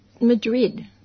Madrid